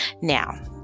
Now